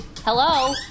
Hello